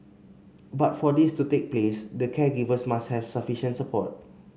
but for this to take place the caregivers must have sufficient support